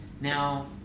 Now